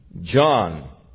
John